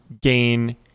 gain